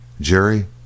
Jerry